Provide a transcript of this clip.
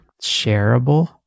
shareable